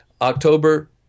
October